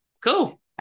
Cool